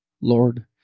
Lord